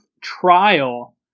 trial